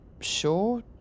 Sure